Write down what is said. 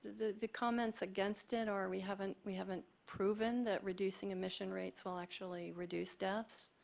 the the comments against it or we haven't we haven't proven that reducing emission rates will actually reduce deaths.